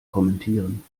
kommentieren